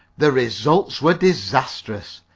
the result was disastrous.